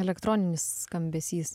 elektroninis skambesys